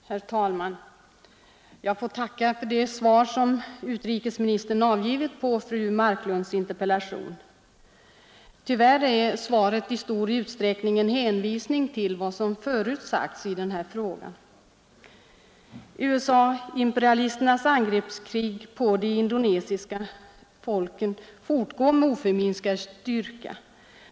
Herr talman! Jag får tacka för det svar som utrikesministern har givit på fru Marklunds interpellation. Tyvärr är svaret i stor utsträckning en hänvisning till vad som förut sagts i denna fråga. USA-imperialisternas angreppskrig mot de indokinesiska folken fortgår med oförminskad styrka.